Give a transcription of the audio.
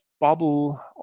bubble